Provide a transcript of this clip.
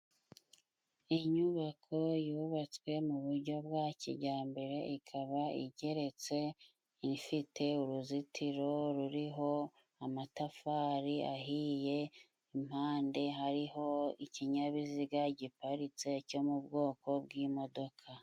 Inyubako yubatswe mu buryo bwa kijyambere, ikaba igeretse ifite uruzitiro ruriho amatafari ahiye, impande hariho ikinyabiziga giparitse, cyo mu bwoko bw'imodoka.